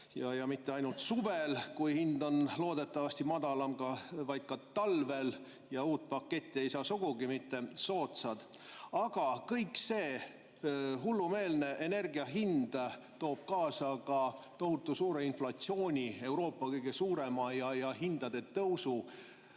ja mitte ainult suvel, kui hind on loodetavasti madalam, vaid ka talvel, ja uut paketti ei saa sugugi mitte soodsalt. Aga see hullumeelne energia hind toob kaasa ka tohutu suure inflatsiooni, Euroopa kõige suurema, ja hindade tõusu.